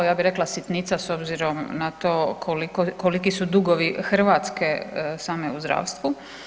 Ja bih rekla sitnica s obzirom na to koliki su dugovi Hrvatske same u zdravstvu.